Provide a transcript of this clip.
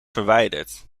verwijderd